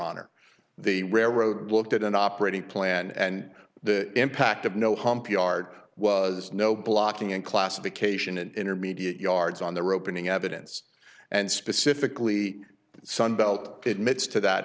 honor the railroad looked at an operating plan and the impact of no hump yard was no blocking and classification and intermediate yards on their opening evidence and specifically the sunbelt admits to that